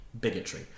bigotry